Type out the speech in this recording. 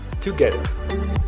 together